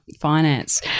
finance